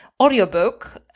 audiobook